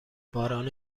باران